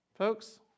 Folks